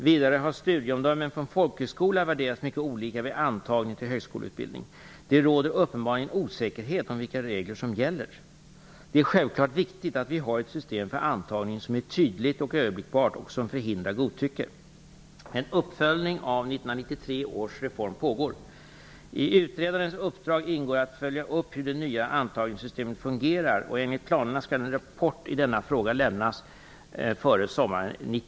Vidare har studieomdöme från folkhögskola värderats mycket olika vid antagning till högskoleutbildning. Det råder uppenbarligen osäkerhet om vilka regler som gäller. Det är självfallet viktigt att vi har ett system för antagning som är tydligt och överblickbart och som förhindrar godtycke. En uppföljning av 1993 års reform pågår. I utredarens uppdrag ingår att följa upp hur det nya antagningssystemet fungerar, och enligt planerna skall en rapport i denna fråga lämnas före sommaren.